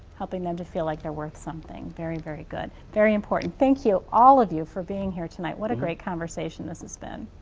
helping them to feel like they're worth something. very, very good. very important, thank you. all of you for being here tonight. what a great conversation this has been.